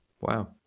Wow